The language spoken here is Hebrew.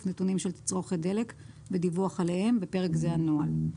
נתונים של תצרוכת דלק ודיווח עליהם (בפרק זה הנוהל).